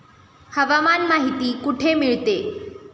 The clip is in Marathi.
हवामान माहिती कुठे मिळते?